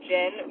Jen